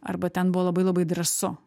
arba ten buvo labai labai drąsu